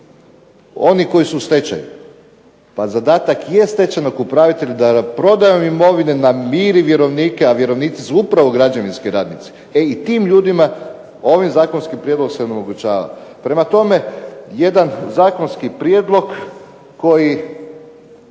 oni koji su u stečaju, pa zadatak je stečajnog upravitelja da prodajom imovine namiri vjerovnike a vjerovnici su upravo građevinski radnici, i tim ljudima ovim zakonskim prijedlogom se omogućava. Prema tome, jedan zakonski prijedlog koji